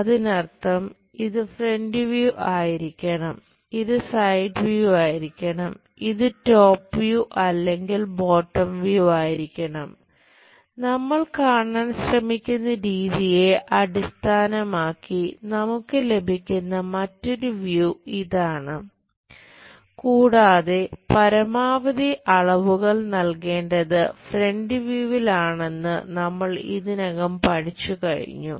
അതിനർത്ഥം ഇത് front view ആണെന്ന് നമ്മൾ ഇതിനകം പഠിച്ചുകഴിഞ്ഞു